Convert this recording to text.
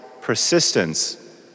persistence